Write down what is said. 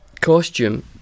costume